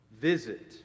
visit